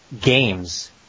games